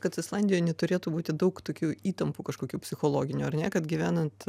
kad islandijoj neturėtų būti daug tokių įtampų kažkokių psichologinių ar ne kad gyvenant